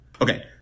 okay